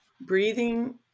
breathing